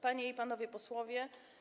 Panie i Panowie Posłowie!